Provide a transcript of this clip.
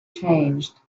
changed